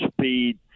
speed